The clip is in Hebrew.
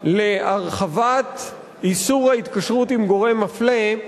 להרחבת איסור ההתקשרות עם גורם מפלה,